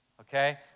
Okay